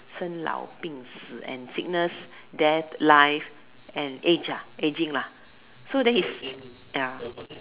生老病死 and sickness death life and age lah aging lah so then his ya